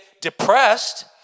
depressed